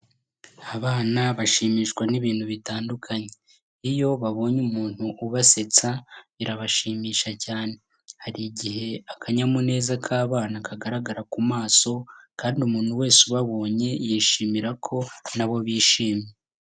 Abana bashimishwa n'ibintu bitandukanye, iyo babonye umuntu ubasetsa birabashimisha cyane, hari igihe akanyamuneza k'abana kagaragara ku maso kandi umuntu wese ubabonye yishimira ko na bo bishimye.